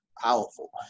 powerful